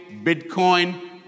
Bitcoin